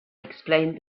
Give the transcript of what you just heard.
explained